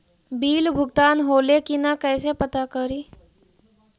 Bill भुगतान होले की न कैसे पता करी?